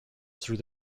through